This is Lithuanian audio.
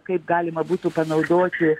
kaip galima būtų panaudoti